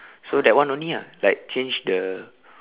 so that one only ah like change the